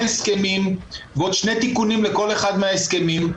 הסכמים ועוד שני תיקונים לכל אחד מההסכמים.